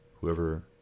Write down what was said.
Whoever